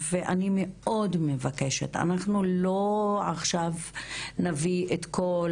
אני מאוד מבקשת, אנחנו לא נביא עכשיו את כל